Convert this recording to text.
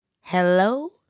Hello